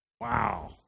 Wow